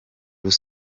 iva